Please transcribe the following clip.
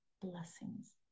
blessings